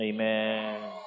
Amen